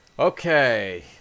Okay